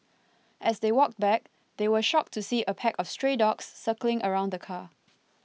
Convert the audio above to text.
as they walked back they were shocked to see a pack of stray dogs circling around the car